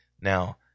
Now